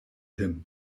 him